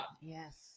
Yes